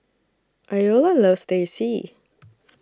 Iola loves Teh C